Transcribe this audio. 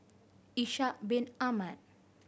Ishak Bin Ahmad